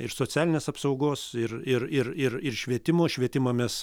ir socialinės apsaugos ir ir ir ir ir švietimo švietimą mes